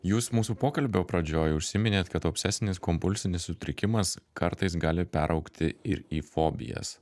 jūs mūsų pokalbio pradžioj užsiminėt kad obsesinis kompulsinis sutrikimas kartais gali peraugti ir į fobijas